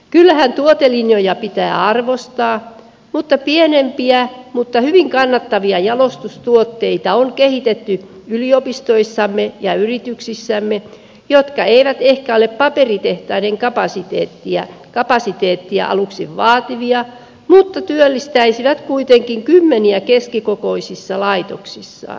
kyllähän tuotelinjoja pitää arvostaa mutta pienempiä mutta hyvin kannattavia jalostustuotteita on kehitetty yliopistoissamme ja yrityksissämme jotka eivät ehkä ole aluksi paperitehtaiden kapasiteettia vaativia mutta työllistäisivät kuitenkin kymmeniä keskikokoisissa laitoksissaan